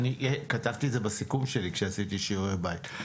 כתבתי את זה בסיכום שלי כשעשיתי שיעורי בית,